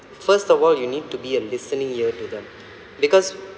first of all you need to be a listening ear to them because